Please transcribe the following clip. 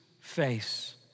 face